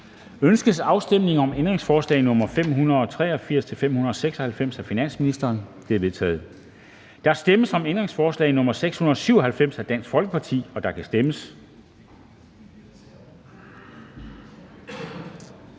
Ønskes afstemning om ændringsforslag nr. 762-769 af finansministeren? De er vedtaget. Der stemmes om ændringsforslag nr. 634 af NB, og der kan stemmes.